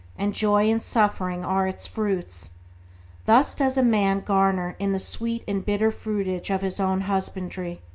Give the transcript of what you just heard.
and joy and suffering are its fruits thus does a man garner in the sweet and bitter fruitage of his own husbandry.